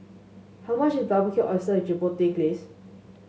how much is Barbecued Oyster with Chipotle Glaze